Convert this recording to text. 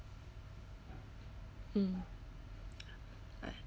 mm I